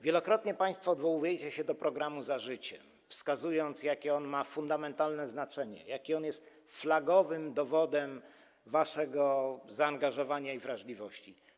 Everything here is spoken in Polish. Wielokrotnie państwo odwołujecie się do programu „Za życiem”, wskazując, jakie on ma fundamentalne znaczenie, jakim on jest flagowym dowodem waszego zaangażowania i wrażliwości.